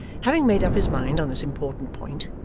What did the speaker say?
having made up his mind on this important point,